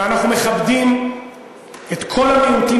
ואנחנו מכבדים את כל המיעוטים.